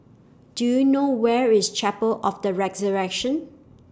Do YOU know Where IS Chapel of The Resurrection